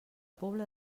pobla